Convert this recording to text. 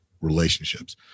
relationships